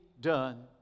done